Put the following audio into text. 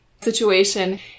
situation